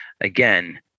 again